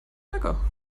lecker